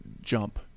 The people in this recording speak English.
jump